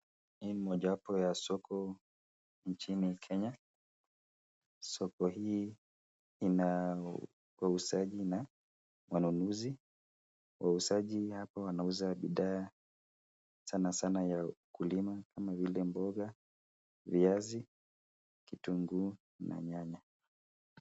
Hii ni moja wapo ya soko nchini Kenya. Soko hii ina wauzaji na wanunuzi. Wauzaji hapo wanauza bidhaa sana sana ya ukulima kama vile mboga, viazi, kitunguu na nyanya.